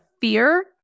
fear